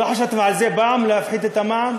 לא חשבתם על זה פעם, להפחית את המע"מ?